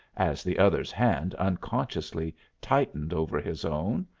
as the other's hand unconsciously tightened over his own.